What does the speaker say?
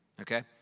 Okay